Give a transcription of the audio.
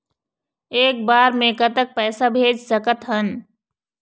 एक बार मे कतक पैसा भेज सकत हन?